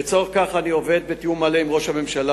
לצורך כך אני עובד בתיאום מלא עם ראש הממשלה,